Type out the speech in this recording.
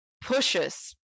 pushes